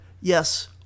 yes